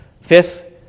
Fifth